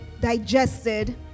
digested